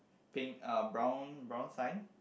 pink uh brown brown sign